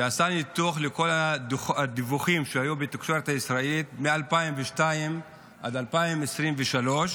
שעשה ניתוח לכל הדיווחים שהיו בתקשורת הישראלית מ-2002 עד 2023,